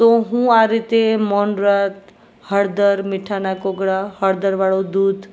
તો હું આ રીતે મૌન વ્રત હળદર મીઠાના કોગળા હળદર વાળું દૂધ